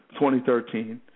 2013